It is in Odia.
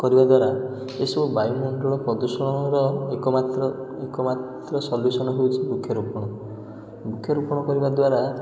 କରିବା ଦ୍ଵାରା ଏସବୁ ବାୟୁମଣ୍ଡଳ ପ୍ରଦୂଷଣର ଏକମାତ୍ର ଏକମାତ୍ର ସଲ୍ୟୁସନ୍ ହେଉଛି ବୃକ୍ଷରୋପଣ ବୃକ୍ଷରୋପଣ କରିବା ଦ୍ଵାରା